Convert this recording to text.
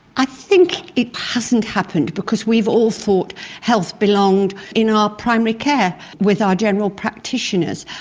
i think it hasn't happened because we've all thought health belonged in our primary care with our general practitioners.